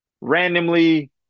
randomly